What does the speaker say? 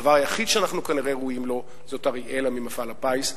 הדבר היחיד שאנחנו כנראה ראויים לו זאת אראלה ממפעל הפיס.